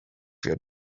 your